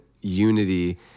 unity